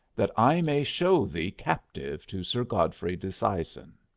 that i may show thee captive to sir godfrey disseisin.